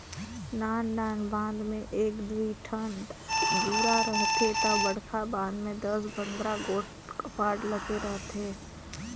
नान नान बांध में एक दुई ठन दुरा रहथे ता बड़खा बांध में दस पंदरा गोट कपाट लगे रथे